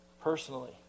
personally